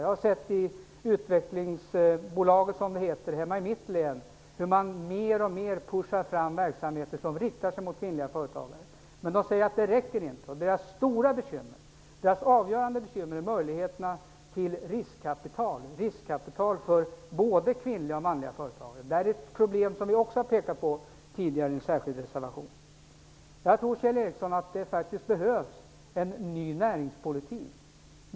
Jag har i utvecklingsbolaget i mitt eget län sett hur man mer och mer ''pushar'' fram verksamheter som är riktade mot kvinnliga företagare. Men de säger att det inte räcker. Det stora och avgörande bekymret är möjligheterna för både kvinnliga och manliga företagare att få riskkapital. Det är ett problem som vi tidigare har pekat på i en reservation. Jag tror att det behövs en ny näringspolitik, Kjell Ericsson.